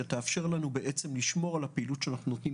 שתאפשר לנו בעצם לשמור על הפעילות שאנחנו נותנים